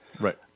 Right